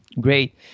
Great